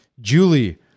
Julie